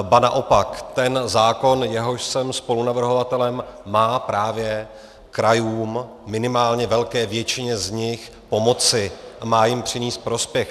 Ba naopak, ten zákon, jehož jsem spolunavrhovatelem, má právě krajům, minimálně velké většině z nich, pomoci a má jim přinést prospěch.